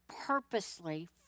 purposely